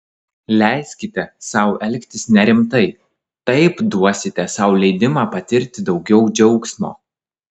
leiskite sau elgtis nerimtai taip duosite sau leidimą patirti daugiau džiaugsmo